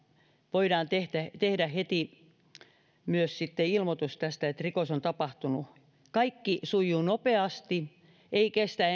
voidaan myös heti tehdä ilmoitus siitä että rikos on tapahtunut kaikki sujuu nopeasti enää ei kestä